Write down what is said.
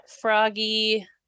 froggy